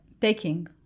taking